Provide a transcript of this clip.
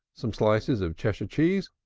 some slices of cheshire cheese,